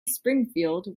springfield